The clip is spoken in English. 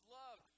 love